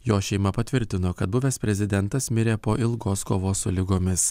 jo šeima patvirtino kad buvęs prezidentas mirė po ilgos kovos su ligomis